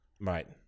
Right